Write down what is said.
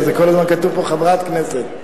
כל הזמן כתוב פה: חברת כנסת,